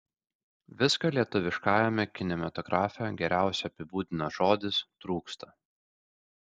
viską lietuviškajame kinematografe geriausiai apibūdina žodis trūksta